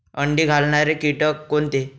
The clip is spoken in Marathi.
अंडी घालणारे किटक कोणते?